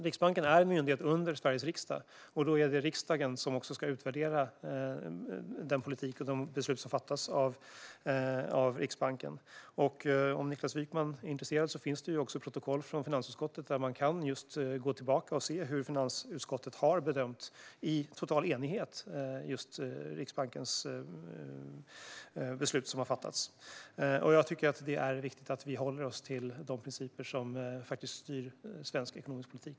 Riksbanken är en myndighet under Sveriges riksdag. Det är riksdagen som ska utvärdera den politik som förs och de beslut som fattas av Riksbanken. Om Niklas Wykman är intresserad finns det protokoll från finansutskottet där man kan gå tillbaka och ser hur finansutskottet i total enighet har bedömt Riksbankens beslut som har fattats. Det är viktigt att vi håller oss till de principer som styr svensk ekonomisk politik.